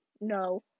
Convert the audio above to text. no